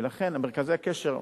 ולכן מרכזי הקשר,